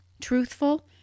truthful